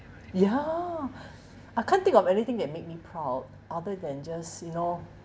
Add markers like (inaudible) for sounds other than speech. ya (breath) I can't think of anything that make me proud other than just you know